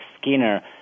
Skinner